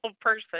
person